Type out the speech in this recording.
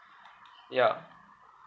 ya